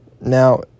Now